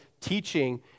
teaching